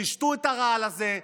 תשתו את הרעל הזה,